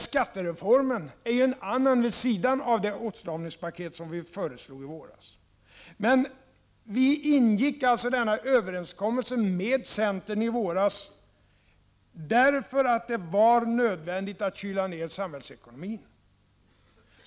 Skattereformen är en annan åtgärd vid sidan av det åtstramningspaket som vi föreslog i våras. Vi ingick i våras denna överenskommelse med centern därför att det var nödvändigt att kyla ned samhällsekonomin.